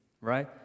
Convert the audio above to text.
right